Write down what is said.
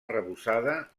arrebossada